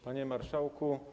Panie Marszałku!